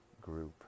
group